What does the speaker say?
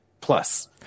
plus